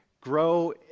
grow